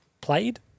played